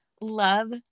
love